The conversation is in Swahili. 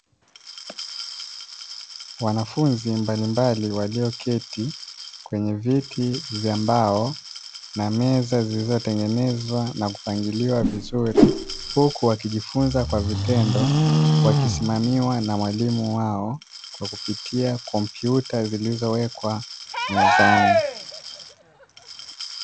Wanafunzi mbalimbali walioketi kwenye viti vya mbao na meza zilizotengenezwa na kupangiliwa vizuri, huku wakijifunza kwa vitendo wakisimamiwa na mwalimu wao, kwa kupitia kompyuta zilizowekwa mezani.